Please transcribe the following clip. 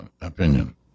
opinion